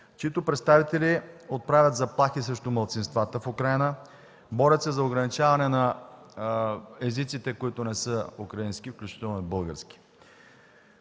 чиито представители отправят заплахи срещу малцинствата в Украйна, борят се ограничаване на езиците, които не са украински, включително и български.